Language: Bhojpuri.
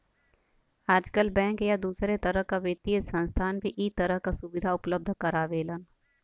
आजकल बैंक या दूसरे तरह क वित्तीय संस्थान भी इ तरह क सुविधा उपलब्ध करावेलन